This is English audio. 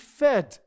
fed